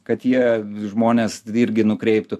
kad jie žmones irgi nukreiptų